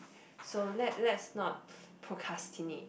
so let let's no procrastinate